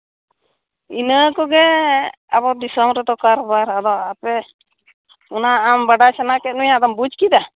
ᱤᱱᱟᱹ ᱠᱚᱜᱮ ᱟᱵᱚ ᱫᱤᱥᱚᱢ ᱨᱮᱫᱚ ᱠᱟᱨᱵᱟᱨ ᱟᱫᱚ ᱟᱯᱮ ᱚᱱᱟ ᱟᱢ ᱵᱟᱰᱟᱭ ᱥᱟᱱᱟ ᱠᱮᱫ ᱢᱮᱭᱟ ᱟᱫᱚᱢ ᱵᱩᱡᱽ ᱠᱮᱫᱟ